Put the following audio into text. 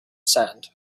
sand